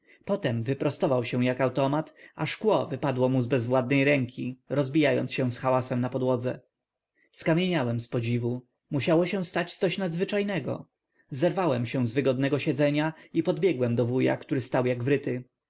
potem wyprostował się jak automat a szkło wypadło mu z bezwładnej ręki rozbijając się z hałasem na posadzce skamieniałem z podziwu musiało się stać coś nadzwyczajnego zerwałem się z wygodnego siedzenia i podbiegłem do wuja który stał jak wryty